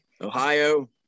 Ohio